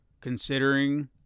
considering